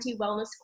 Wellness